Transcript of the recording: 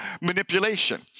manipulation